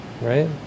right